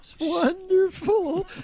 Wonderful